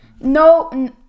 no